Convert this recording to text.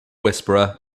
whisperer